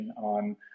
on